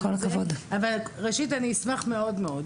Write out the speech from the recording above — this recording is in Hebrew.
אבל ראשית אני אשמח מאוד מאוד.